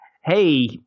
hey